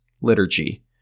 liturgy